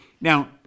Now